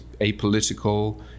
apolitical